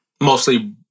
mostly